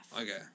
Okay